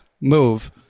move